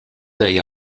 they